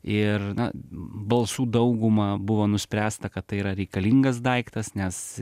ir na balsų dauguma buvo nuspręsta kad tai yra reikalingas daiktas nes